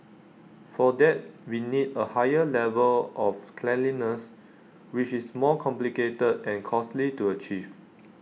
for that we need A higher level of cleanliness which is more complicated and costly to achieve